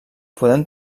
podem